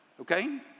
Okay